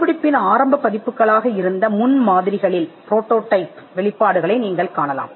கண்டுபிடிப்பின் ஆரம்ப பதிப்புகளாக இருந்த முன்மாதிரிகளில் வெளிப்பாடுகளை நீங்கள் காணலாம்